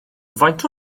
faint